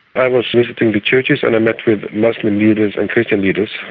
i was visiting the churches and i met with muslim leaders and christian leaders.